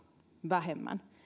vähemmän